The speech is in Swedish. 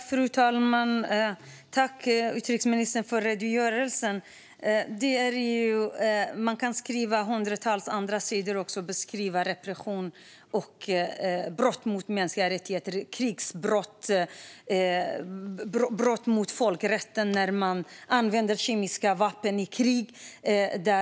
Fru talman! Tack, utrikesministern, för redogörelsen! Man kan skriva hundratals sidor där man beskriver repression och brott mot mänskliga rättigheter, krigsbrott och brott mot folkrätten där kemiska vapen används i krig.